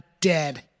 dead